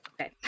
Okay